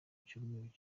cyumweru